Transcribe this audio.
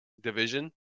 division